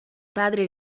padre